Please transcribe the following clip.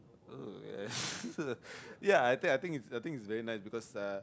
ugh ya I think I think I think is very nice because uh